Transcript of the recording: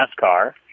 NASCAR